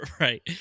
Right